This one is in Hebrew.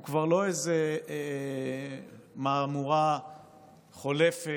הוא כבר לא איזו מהמורה חולפת,